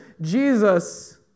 Jesus